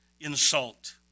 insult